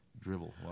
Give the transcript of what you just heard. drivel